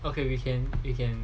okay we can we can